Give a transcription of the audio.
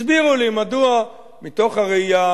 הסבירו לי מדוע, מתוך הראייה